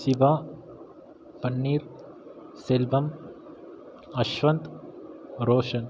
Siva Panneer Selvam Ashwanth Roshan